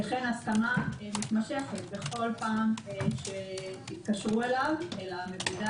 וכן הסכמה מתמשכת בכל פעם שיתקשרו למבודד,